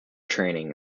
training